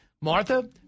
Martha